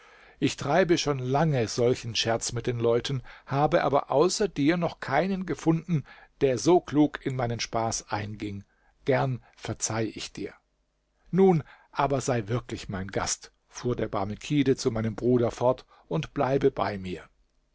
ich treibe schon lange solchen scherz mit den leuten habe aber außer dir noch keinen gefunden der so klug in meinen spaß einging gern verzeih ich dir nun aber sei wirklich mein gast fuhr der barmekide zu meinem bruder fort und bleibe bei mir